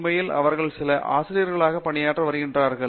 உண்மையில் அவர்களில் சிலர் ஆசிரியர்களாகப் பணியாற்றி வருகின்றனர்